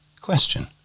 Question